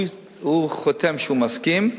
האדם חותם שהוא מסכים,